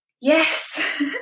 Yes